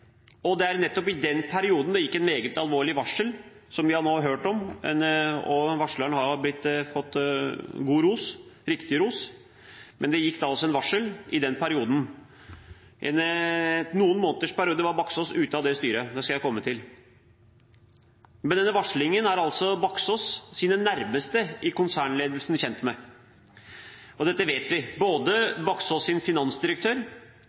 i. Det er nettopp i den perioden at det gikk et meget alvorlig varsel, som vi nå har hørt om, og den varsleren har fått god og riktig ros. Det gikk altså et varsel i den perioden. I en periode på noen måneder var Baksaas ute av det styret. Det skal jeg komme til. Men denne varslingen er altså Baksaas’ nærmeste i konsernledelsen kjent med, og dette vet vi. Både Baksaas’ finansdirektør